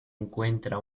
encuentra